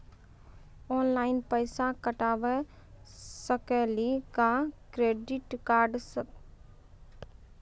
Online पैसा कटवा सकेली का क्रेडिट कार्ड सा?